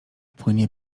płynie